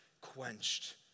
quenched